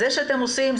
זה שאתם עושים,